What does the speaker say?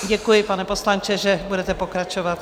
Děkuji, pane poslanče, že budete pokračovat.